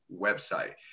website